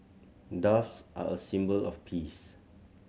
doves are a symbol of peace